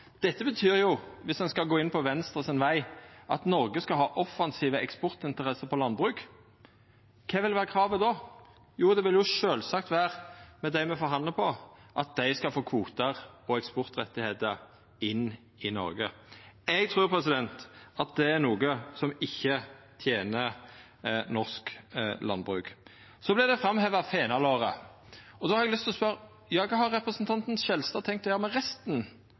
ein skal gå inn på Venstre sin veg, at Noreg skal ha offensive eksportinteresser på landbruk. Kva vil kravet vera då? Jo, det vil sjølvsagt vera at dei me forhandlar med, skal få kvotar og eksportrettar inn i Noreg. Eg trur det er noko som ikkje tener norsk landbruk. Så vart fenalår framheva. Då har eg lyst til å spørja: Kva har representanten Skjelstad tenkt å gjera med resten